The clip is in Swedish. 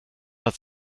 att